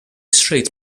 straight